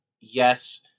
Yes